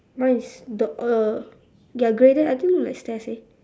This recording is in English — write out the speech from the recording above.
mine is door err ya grey then I think look like stairs eh